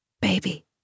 Baby